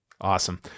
Awesome